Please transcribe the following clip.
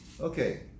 okay